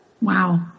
Wow